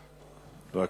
בבקשה.